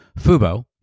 Fubo